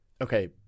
okay